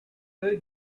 who